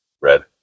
Red